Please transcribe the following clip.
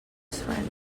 friend